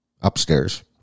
upstairs